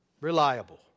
reliable